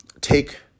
take